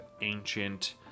ancient